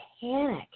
panic